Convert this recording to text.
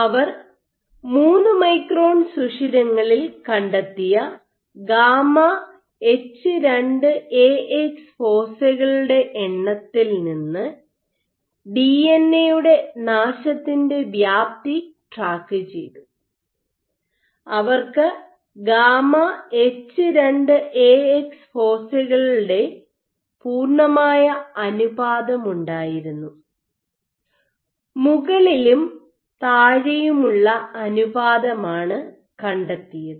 അവർ 3 micron സുഷിരങ്ങളിൽ കണ്ടെത്തിയ gamma H 2 A X ഫോസൈകളുടെ എണ്ണത്തിൽ നിന്ന് ഡിഎൻഎയുടെ നാശത്തിൻ്റെ വ്യാപ്തി ട്രാക്കുചെയ്തു അവർക്ക് ഗാമാ എച്ച് 2 എ എക്സ് ഫോസൈകളുടെ പൂർണ്ണമായ അനുപാതമുണ്ടായിരുന്നു മുകളിലും താഴെയുമുള്ള അനുപാതമാണ് കണ്ടെത്തിയത്